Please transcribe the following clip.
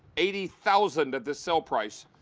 eighty thousand at the sale price.